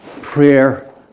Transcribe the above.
prayer